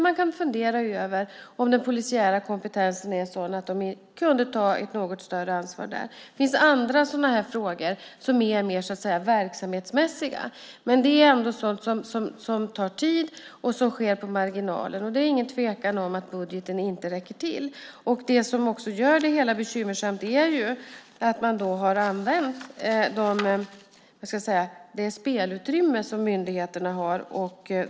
Man kan fundera över om den polisiära kompetensen är sådan att de kunde ta ett något större ansvar där. Det finns andra sådana frågor som är mer verksamhetsmässiga. Men det är ändå sådant som tar tid och som sker på marginalen. Det är ingen tvekan om att budgeten inte räcker till. Det som gör det hela bekymmersamt är ju att man har använt det spelutrymme som myndigheterna har.